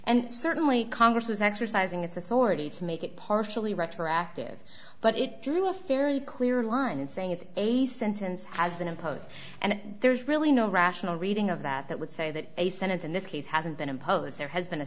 and certainly congress is exercising its authority to make it partially retroactive but it drew a fairly clear line in saying it's a sentence has been imposed and there's really no rational reading of that that would say that a sentence in this case hasn't been imposed there has been a